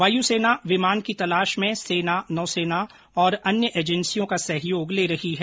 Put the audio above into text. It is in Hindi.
वायु सेना विमान की तलाश में सेना नौसेना और अन्य एजेंसियों का सहयोग ले रही है